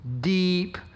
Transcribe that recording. deep